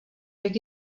jak